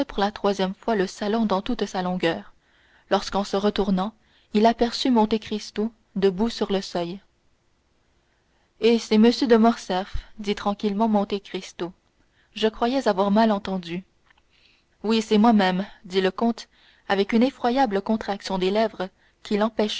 pour la troisième fois le salon dans toute sa longueur lorsqu'en se retournant il aperçut monte cristo debout sur le seuil eh c'est monsieur de morcerf dit tranquillement monte cristo je croyais avoir mal entendu oui c'est moi-même dit le comte avec une effroyable contraction des lèvres qui